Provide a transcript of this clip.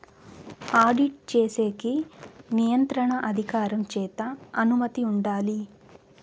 audit చేసేకి నియంత్రణ అధికారం చేత అనుమతి ఉండాలి